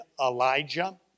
Elijah